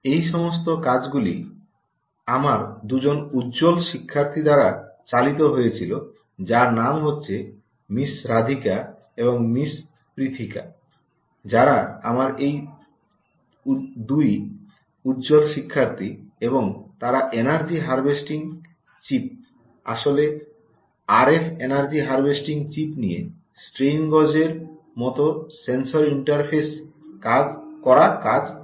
এই সমস্ত কাজগুলি আমার দুজন উজ্জ্বল শিক্ষার্থী দ্বারা চালিত হয়েছিলেন যার নাম হচ্ছে মিস রাধিকা এবং মিস পৃথিকা যারা আমার দুই উজ্জ্বল শিক্ষার্থী এবং তারা এনার্জি হারভেস্টিং চিপ আসলে আরএফ এনার্জি হারভেস্টিং চিপ নিয়ে স্ট্রেইন গজের মতো সেন্সর ইন্টারফেস করা কাজ করেছিল